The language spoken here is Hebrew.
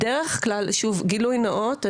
גילוי נאות,